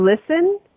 listen